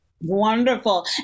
Wonderful